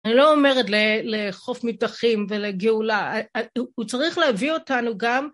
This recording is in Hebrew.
אני לא אומרת לחוף מתחים ולגאולה, הוא צריך להביא אותנו גם